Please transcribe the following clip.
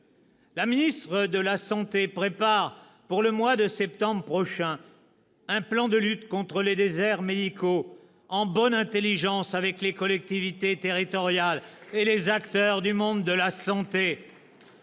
La ministre de la santé prépare pour le mois de septembre prochain un plan de lutte contre les déserts médicaux, en bonne intelligence avec les collectivités territoriales et les acteurs du monde de la santé.